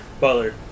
Butler